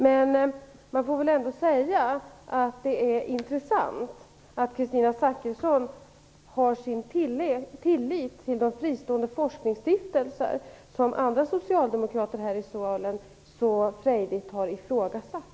Men jag får väl ändå säga att det är intressant att Kristina Zakrisson sätter sin tillit till de fristående forskningsstiftelser som andra socialdemokrater här i salen så frejdigt har ifrågasatt.